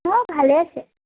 ময়ো ভালেই আছে